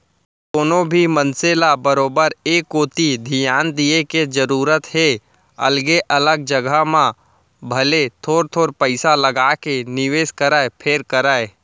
कोनो भी मनसे ल बरोबर ए कोती धियान दिये के जरूरत हे अलगे अलग जघा म भले थोर थोर पइसा लगाके निवेस करय फेर करय